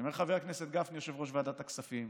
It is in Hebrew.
אני אומר לחבר הכנסת גפני, יושב-ראש ועדת הכספים,